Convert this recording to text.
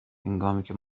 هنگامیکه